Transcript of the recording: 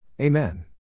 Amen